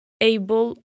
able